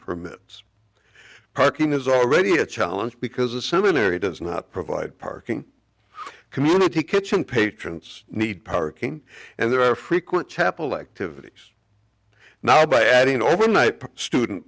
permits parking is already a challenge because a seminary does not provide parking community kitchen patrons need parking and there are frequent chapel activities now by adding overnight student